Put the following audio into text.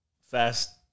fast